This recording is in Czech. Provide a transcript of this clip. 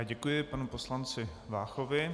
Děkuji panu poslanci Váchovi.